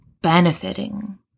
benefiting